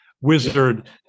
wizard